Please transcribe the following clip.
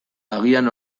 agian